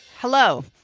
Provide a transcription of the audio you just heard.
Hello